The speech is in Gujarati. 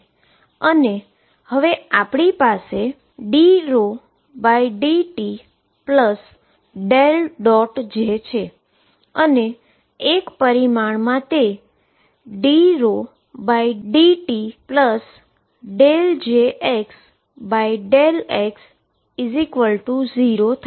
અને હવે આપણી પાસે dρdtj છે અને એક પરિમાણમા તે dρdtjx∂x0 હશે